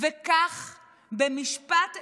וכך במשפט אחד,